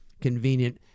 convenient